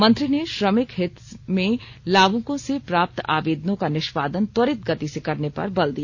मंत्री ने श्रमिक हित में लाभुकों से प्राप्त आवेदनों का निष्पादन त्वरित गति से करने पर बल दिया